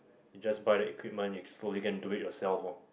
you just buy the equipment you can slowly go and do it yourself ah